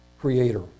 creator